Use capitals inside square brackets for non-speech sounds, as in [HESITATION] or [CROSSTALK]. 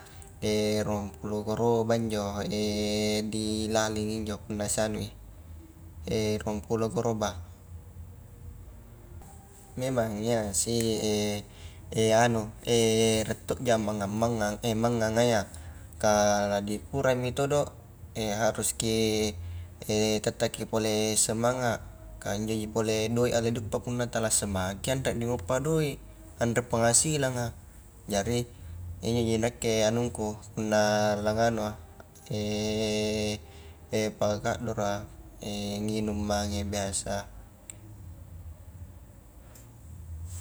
[HESITATION] ruang pulo garoba injo [HESITATION] di laling injo punna sianui, [HESITATION] ruang pulo garoba memang iya sih [HESITATION] anu [HESITATION] rie tokja mangang-manganga [HESITATION] mangngan a iya ka la dikurami todo [HESITATION] haruski [HESITATION] tettaki pole semangat kah injoji pole doi a la diuppa, punna tala semagatki anre diuppa doi, anre penghasilanga, jari injoji nakke anungku, punna la nganua [HESITATION] pakaddoroa [HESITATION] nginung mange biasa.